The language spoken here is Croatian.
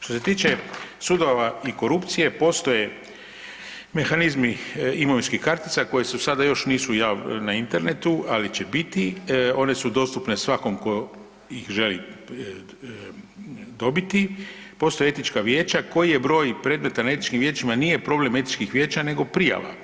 Što se tiče sudova i korupcije, postoje mehanizmi imovinskih kartica koje su sada još nisu na internetu, ali će biti, one su dostupne svakom tko ih želi dobiti, postoje Etička vijeća koji je broj predmeta na Etičkim vijećima nije problem Etičkih vijeća nego prijava.